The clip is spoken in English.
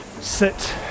sit